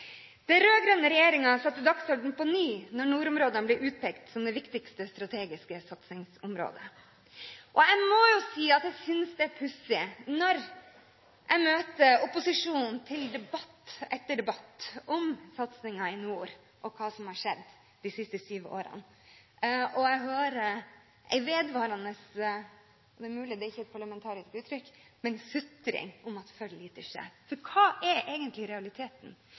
Den rød-grønne regjeringen satte dagsordenen på ny da nordområdene ble utpekt som det viktigste strategiske satsingsområdet. Og jeg må jo si at jeg synes det er pussig når jeg møter opposisjonen til debatt etter debatt om satsingen i nord og hva som har skjedd de siste syv årene, og jeg hører en vedvarende sutring – det er mulig det ikke er et parlamentarisk uttrykk – om at for lite skjer. For hva er egentlig realiteten?